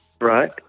right